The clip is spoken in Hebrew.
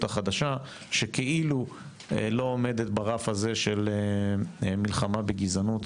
החדשה שכאילו לא עומדת ברף הזה של מלחמה בגזענות